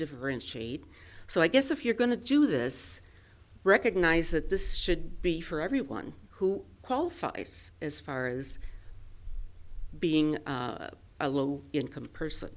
differentiate so i guess if you're going to do this recognize that this should be for everyone who qualifies as far as being a low income person